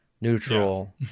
neutral